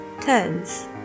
turns